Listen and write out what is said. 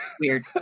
weird